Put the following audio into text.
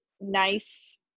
nice